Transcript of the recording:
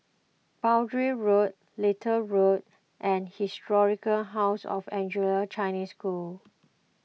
Boundary Road Little Road and Historic House of Anglo Chinese School